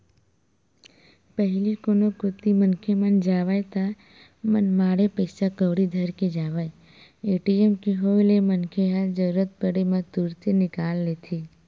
पहिली कोनो कोती मनखे मन जावय ता मनमाड़े पइसा कउड़ी धर के जावय ए.टी.एम के होय ले मनखे ह जरुरत पड़े म तुरते निकाल लेथे